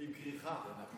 עם כריכה.